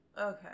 Okay